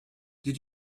did